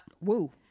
woo